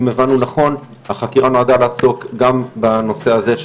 אם הבנו נכון החקירה נועדה לעסוק גם בנושא הזה.